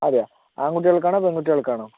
അതെയോ ആൺകുട്ടികൾക്കാണോ പെൺകുട്ടികൾക്കാണോ